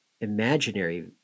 imaginary